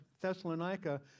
Thessalonica